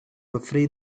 afraid